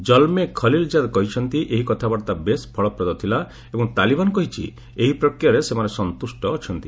ଜଲ୍ମେ ଖଲିଲ୍ଜାଦ୍ କହିଛନ୍ତି ଏହି କଥାବାର୍ତ୍ତା ବେଶ୍ ଫଳପ୍ରଦ ଥିଲା ଏବଂ ତାଲିବାନ କହିଛି ଏହି ପ୍ରକ୍ରିୟାରେ ସେମାନେ ସନ୍ତୁଷ୍ଟ ଅଛନ୍ତି